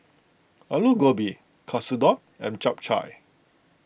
Alu Gobi Katsudon and Japchae